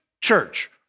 church